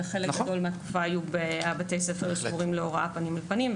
כאשר חלק גדול מהתקופה בתי הספר היו סגורים להוראה פנים אל פנים,